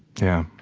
yeah.